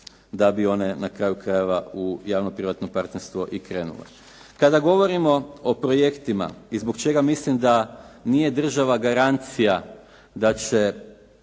da bi one na kraju krajeva u javno-privatno partnerstvo i krenule. Kada govorimo o projektima i zbog čega mislim da nije država garancija da će